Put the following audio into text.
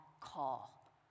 call